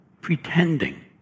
pretending